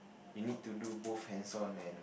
you need to do both hands on and